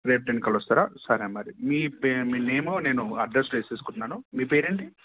రేపు టెన్కి అలా వస్తారా సరే మరి మీ పే మీ నేము నేను అడ్రస్లో వేసుకుంటున్నాను మీ పేరు ఏంటి